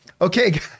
Okay